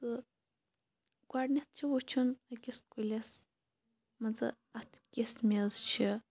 تہٕ گۄڈنٮ۪تھ چھُ وٕچھُن أکِس کُلِس مان ژٕ اتھ کِژھ میٚژ چھِ